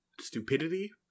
stupidity